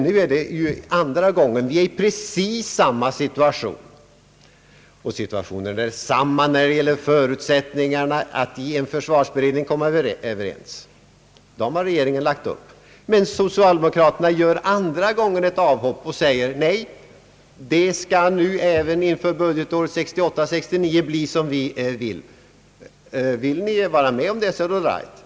Nu är det dock andra gången vi befinner oss i precis samma situation. Socialdemokraterna gör för andra gången ett avhopp och säger, att det nu även för budgetåret 1968/69 skall bli som de vill. Vill oppositionspartierna vara med om detta är det all right.